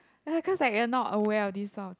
I cause I not aware of this sort of thing